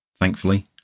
Thankfully